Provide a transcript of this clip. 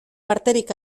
parterik